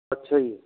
ਅੱਛਾ ਜੀ